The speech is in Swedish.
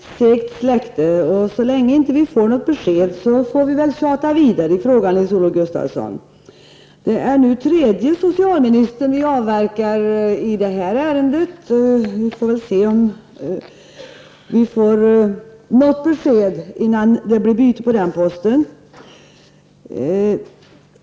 Herr talman! Vi är ett segt släkte, och så länge vi inte får något besked får vi väl tjata vidare i frågan, Nils-Olof Gustafsson. Det är nu tredje socialministern vi avverkar i det här ärendet. Vi får väl se om vi får något besked innan det blir byte på den posten.